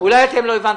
אולי אתם לא הבנתם?